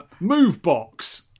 Movebox